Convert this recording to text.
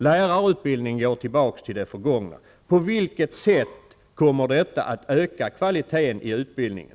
Lärarutbildningen går tillbaks till det förgångna. På vilket sätt kommer detta att öka kvaliteten i utbildningen?